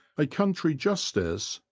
a country justice,